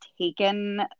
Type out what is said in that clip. taken